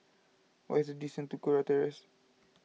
what is the distance to Kurau Terrace